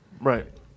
Right